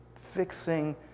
Fixing